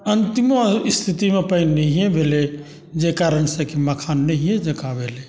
अन्तिमो स्थितिमे पानि नहिए भेलै जाहि कारणसँ कि मखान नहिए जकाँ भेलै